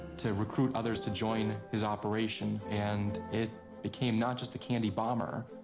to recruit others to join his operation. and it became not just the candy bomber,